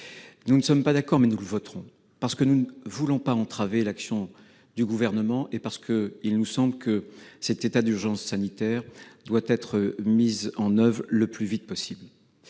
Nous ne sommes pas d'accord sur tout, mais nous voterons ce texte, parce que nous ne voulons pas entraver l'action du Gouvernement et parce qu'il nous semble que cet état d'urgence sanitaire doit être mis en oeuvre le plus vite possible.